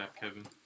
Kevin